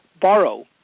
borrow